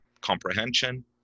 comprehension